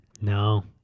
No